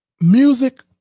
music